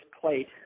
plate